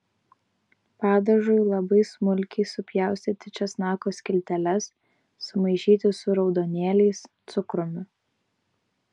padažui labai smulkiai supjaustyti česnako skilteles sumaišyti su raudonėliais cukrumi